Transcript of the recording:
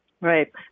Right